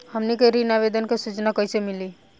हमनी के ऋण आवेदन के सूचना कैसे मिली?